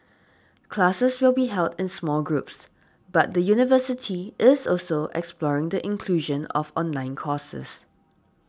classes will be held in small groups but the university is also exploring the inclusion of online courses